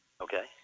Okay